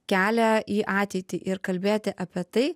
kelią į ateitį ir kalbėti apie tai